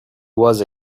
was